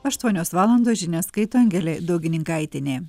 aštuonios valandos žinias skaito angelė daugininkaitienė